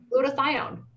Glutathione